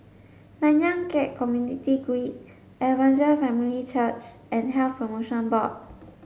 Nanyang Khek Community Guild Evangel Family Church and Health Promotion Board